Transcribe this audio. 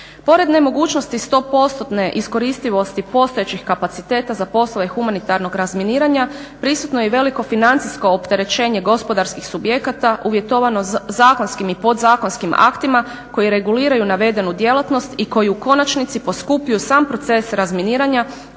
Pored nemogućnosti 100% iskoristivosti postojećih kapaciteta za poslove humanitarnog razminiranja prisutno je i veliko financijsko opterećenje gospodarskih subjekata uvjetovano zakonskim i podzakonski aktima koji reguliraju navedenu djelatnost i koji u konačnici poskupljuju sam proces razminiranja